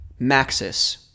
Maxis